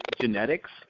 genetics